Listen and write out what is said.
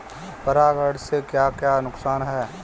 परागण से क्या क्या नुकसान हैं?